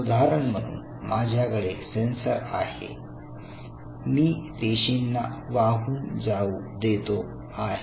उदाहरण म्हणून माझ्याकडे सेन्सर आहे मी पेशींना वाहून जाऊ देतो आहे